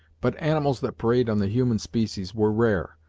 but animals that preyed on the human species were rare,